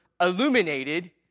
illuminated